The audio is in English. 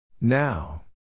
Now